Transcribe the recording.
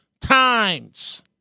times